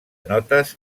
notes